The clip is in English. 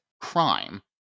crime